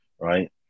right